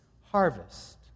harvest